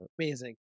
Amazing